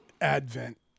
advent